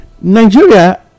Nigeria